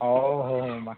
ᱦᱳᱭ ᱦᱳᱭ ᱢᱟ